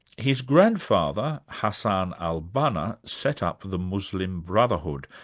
his grandfather, hassan al-banna, set up the muslim brotherhood,